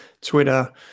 Twitter